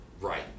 right